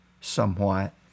somewhat